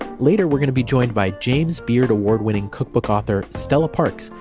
ah later, we're going to be joined by james beard award-winning cookbook author, stella parks,